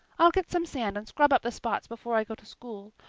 i'll get some sand and scrub up the spots before i go to school.